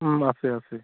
আছে আছে